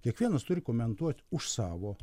kiekvienas turi komentuot už savo